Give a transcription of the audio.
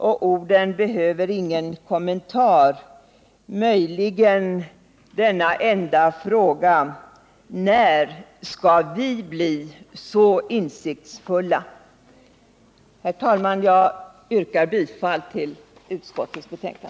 Orden behöver ingen kommentar, möjligen denna enda fråga: När skall vi bli så insiktsfulla? Jag yrkar bifall till utskottets hemställan.